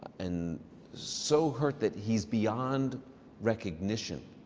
and so hurt that he's beyond recognition.